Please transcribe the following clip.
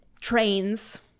trains